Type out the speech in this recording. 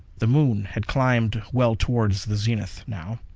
the moon had climbed well toward the zenith, now.